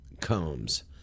combs